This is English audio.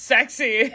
Sexy